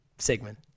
Sigmund